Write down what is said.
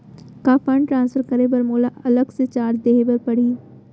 का fund transfer करे बर मोला अलग से चार्ज देहे बर परही?